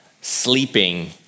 sleeping